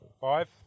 Five